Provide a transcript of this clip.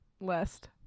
list